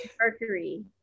Mercury